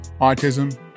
autism